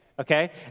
Okay